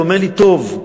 הוא אומר לי, טוב.